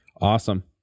Awesome